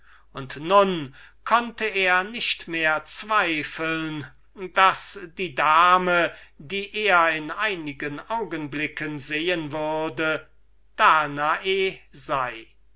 und nun konnte er nicht mehr zweifeln daß die dame die er in einigen augenblicken sehen würde danae sei